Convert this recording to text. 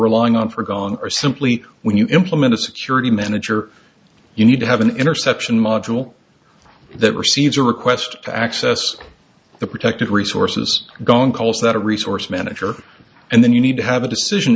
relying on for gong are simply when you implement a security manager you need to have an interception module that receives a request to access the protected resources going calls that a resource manager and then you need to have a decision